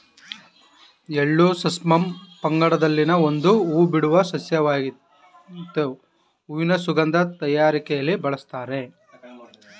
ಎಳ್ಳು ಸೆಸಮಮ್ ಪಂಗಡದಲ್ಲಿನ ಒಂದು ಹೂಬಿಡುವ ಸಸ್ಯವಾಗಾಯ್ತೆ ಹೂವಿನ ಸುಗಂಧ ತಯಾರಿಕೆಲಿ ಬಳುಸ್ತಾರೆ